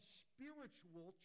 spiritual